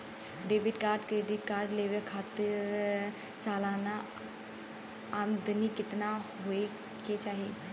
Debit और credit card लेवे के खातिर सलाना आमदनी कितना हो ये के चाही?